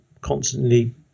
constantly